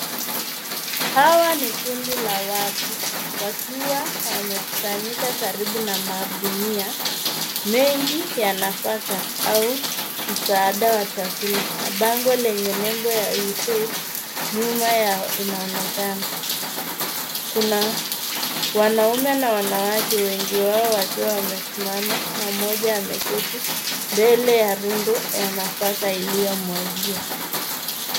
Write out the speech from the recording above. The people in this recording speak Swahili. Hawa ni kundi la watu, wakiwa wamekusanyika karibu na magunia mengi ya nafaka au msaada wa chakula. Na bango lenye nembo ya USAID nyuma yao inaonekana. Kuna wanaume na wanawake wengi wao wakiwa wamesimama na mmoja ameketi mbele ya rundo ya nafaka iliyomwagiwa.